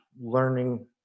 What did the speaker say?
learning